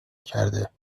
کرده